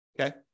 Okay